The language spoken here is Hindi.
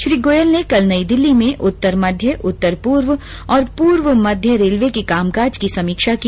श्री गोयल ने कल नई दिल्ली में उत्तर मध्य उत्तर पूर्व और पूर्व मध्य रेलवे के कामकाज की समीक्षा की